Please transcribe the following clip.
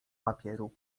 papieru